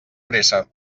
pressa